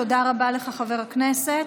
תודה רבה לך, חבר הכנסת.